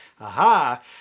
Aha